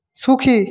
সুখী